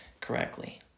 correctly